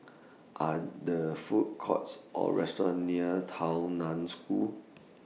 Are The Food Courts Or restaurants near Tao NAN School